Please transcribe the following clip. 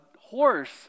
horse